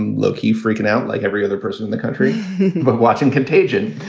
and lokey freaking out. like every other person in the country but watching contagion.